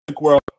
World